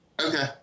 Okay